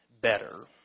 better